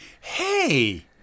hey